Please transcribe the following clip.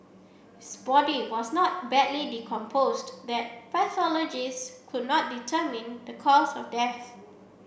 his body was not badly decomposed that pathologists could not determine the cause of death